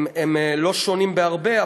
הם לא שונים בהרבה,